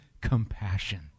compassion